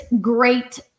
great